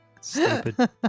Stupid